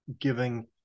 giving